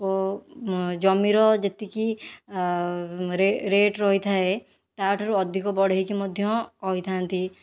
ଓ ଜମିର ଯେତିକି ରେଟ୍ ରହିଥାଏ ତା ଠାରୁ ଅଧିକ ବଢ଼େଇକି ମଧ୍ୟ କହିଥାନ୍ତି